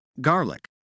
Garlic